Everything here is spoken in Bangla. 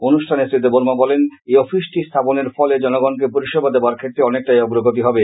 অনুষ্ঠানে শ্রী দেববর্মা বলেন এই অফিসটি স্থাপনের ফলে জনগনকে পরিষেবা দেবার ক্ষেত্রে অনেকটাই অগ্রগতি হবে